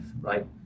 right